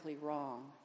wrong